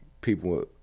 people